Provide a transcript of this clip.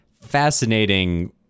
fascinating